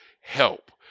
help